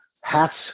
hats